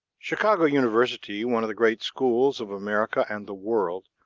chicago university, one of the great schools of america and the world,